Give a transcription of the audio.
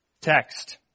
text